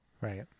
right